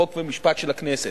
חוק ומשפט של הכנסת.